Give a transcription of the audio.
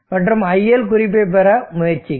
மற்றும் iL குறிப்பை பெற முயற்சிக்கும்